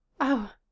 Oh